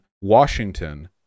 Washington